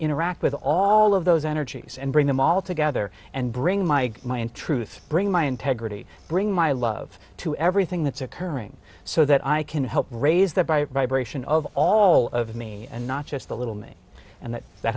interact with all of those energies and bring them all together and bring my mind truth bring my integrity bring my love to everything that's occurring so that i can help raise that by vibration of all of me and not just a little me and that